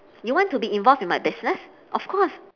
you want to be involved in my business of course